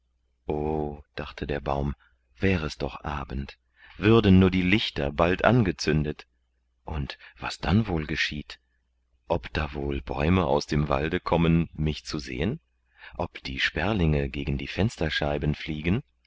dachte der baum wäre es doch abend würden nur die lichter bald angezündet und was dann wohl geschieht ob da wohl bäume aus dem walde kommen mich zu sehen ob die sperlinge gegen die fensterscheiben fliegen